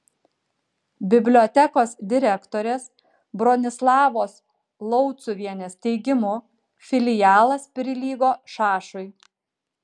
bibliotekos direktorės bronislavos lauciuvienės teigimu filialas prilygo šašui